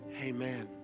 Amen